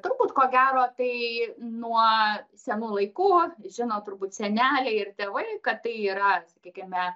turbūt ko gero tai nuo senų laikų žino turbūt seneliai ir tėvai kad tai yra sakykime